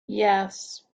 yes